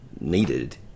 needed